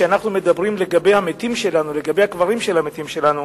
אנחנו מדברים על הקברים של המתים שלנו,